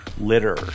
litter